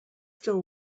still